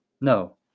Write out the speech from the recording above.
No